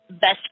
best